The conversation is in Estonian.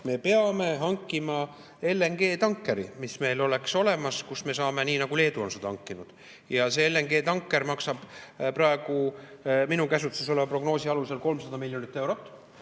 me peame hankima LNG‑tankeri, mis meil oleks olemas, nii nagu Leedu on selle hankinud. See LNG‑tanker maksab praegu minu käsutuses oleva prognoosi alusel 300 miljonit eurot.